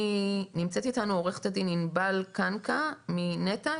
נמצאת איתנו עו"ד ענבל קנקה מנת"ע.